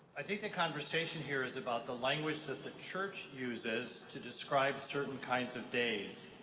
i think the conversation here is about the language that the church uses to describe certain kinds of days,